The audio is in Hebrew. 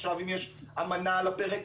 אם יש עכשיו אמנה על הפרק,